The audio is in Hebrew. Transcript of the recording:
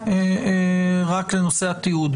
רק לנושא התיעוד.